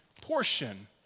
portion